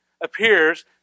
appears